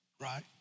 Right